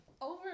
over